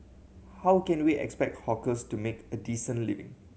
how can we expect hawkers to make a decent living